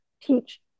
teach